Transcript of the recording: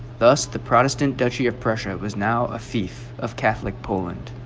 thus the protestant duchy of prussia was now a fief of catholic poland